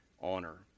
honor